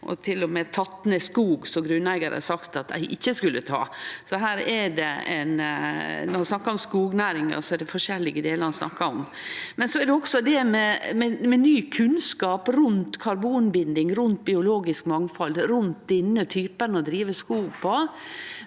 og til og med teke ned skog som grunneigaren hadde sagt at dei ikkje skulle ta. Når ein snakkar om skognæringa, er det forskjellige delar ein snakkar om. Det er også ny kunnskap rundt karbonbinding, rundt biologisk mangfald og rundt denne måten å drive skog på